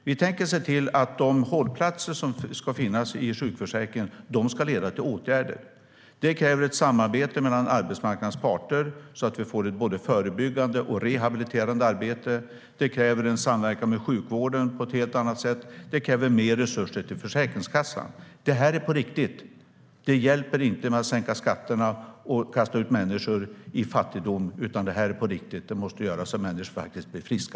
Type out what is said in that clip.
Vi tänker se till att de hållplatser som ska finnas i sjukförsäkringen ska leda till åtgärder. Det kräver ett samarbete mellan arbetsmarknadens parter, så att vi får ett både förebyggande och rehabiliterande arbete. Det kräver en samverkan med sjukvården på ett helt annat sätt. Det kräver också mer resurser till Försäkringskassan. Det här är på riktigt. Det hjälper inte att sänka skatterna och kasta ut människor i fattigdom. Det måste göras så att människor faktiskt blir friska.